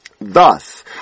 Thus